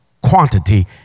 quantity